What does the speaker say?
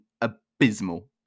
abysmal